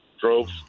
Drove